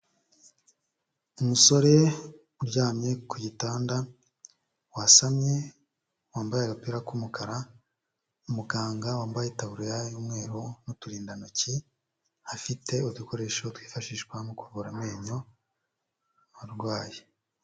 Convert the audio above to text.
Umusore uryamye ku gitanda, wasamye, wambaye agapira k'umukara, muganga wambaye itaburiya y'umweru n'uturindantoki, afite udukoresho twifashishwa mu kuvura amenyo arwaye.